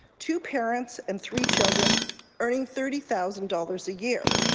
two parents and three children earning thirty thousand dollars a year.